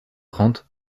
trente